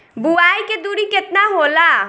बुआई के दूरी केतना होला?